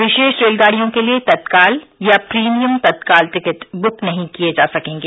विशेष रेलगाड़यिों के लिए तत्काल या प्रीमियम तत्काल टिकट बुक नहीं किए जा सकेंगे